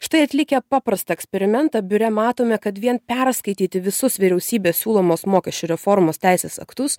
štai atlikę paprastą eksperimentą biure matome kad vien perskaityti visus vyriausybės siūlomos mokesčių reformos teisės aktus